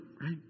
right